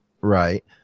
right